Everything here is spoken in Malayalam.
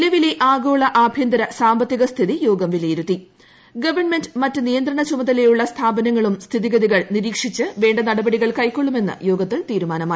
നീല്ലവിലെ ആഗോള ആഭ്യന്തര സാമ്പത്തിക സ്ഥിതി യോഗം വിലയിരുത്തുള്ളൂ ഗവൺമെന്റ് മറ്റ് നിയന്ത്രണ ചുമതലയുള്ള സ്ഥാപനങ്ങളും സ്ഥിതിക്കുള് നിരീക്ഷിച്ച് വേണ്ട നടപടികൾ കൈക്കൊള്ളുമെന്ന് യോഗത്തിൽ തീരുമാനമായി